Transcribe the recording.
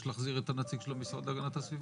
להחזיר את הנציג של המשרד להגנת הסביבה.